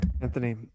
Anthony